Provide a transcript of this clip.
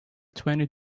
twenty